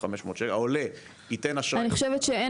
העולה ייתן אשראי של 7,500. אני חושבת שאין